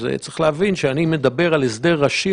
כשאני מדבר על הסדר ראשי,